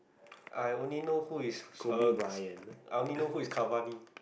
I only know who is uh I only know who is Cavani